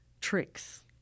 tricks